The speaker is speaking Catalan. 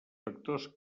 factors